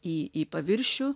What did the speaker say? į paviršių